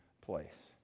place